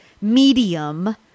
medium